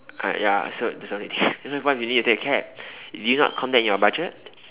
uh ya so sorry so what if you need to take a cab you did not count that in your budget